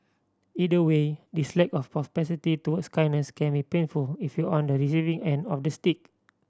either way this lack of propensity towards kindness can be painful if you're on the receiving end of the stick